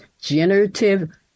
generative